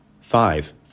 Five